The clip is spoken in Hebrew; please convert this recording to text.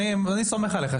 אני סומך עליך.